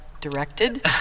directed